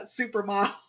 supermodel